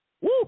Woo